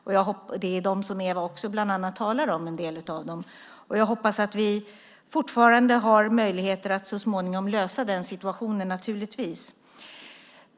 Det är bland annat om en del av dem som även Eva talar om. Jag hoppas naturligtvis att vi fortfarande har möjlighet att så småningom lösa den situationen.